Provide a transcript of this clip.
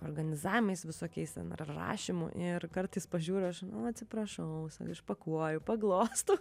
organizavimais visokiais ar rašymu ir kartais pažiūriu aš atsiprašau išpakuoju paglostau